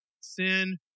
sin